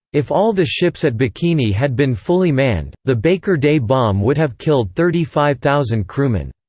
if all the ships at bikini had been fully manned, the baker day bomb would have killed thirty five thousand crewmen.